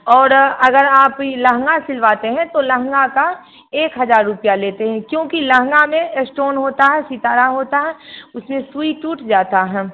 और अगर आप ये लहंगा सिलवाते हैं तो लहंगा का एक हजार रुपया लेते हैं क्योंकि लहंगा में अस्टोन होता है सितारा होता है उसमें सुई टूट जाता है